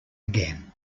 again